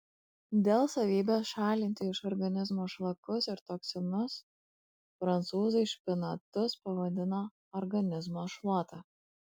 dėl savybės šalinti iš organizmo šlakus ir toksinus prancūzai špinatus pavadino organizmo šluota